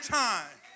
time